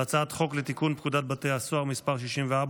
על הצעת חוק תיקון פקודת בתי הסוהר (מס' 64,